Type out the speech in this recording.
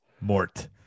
mort